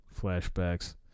flashbacks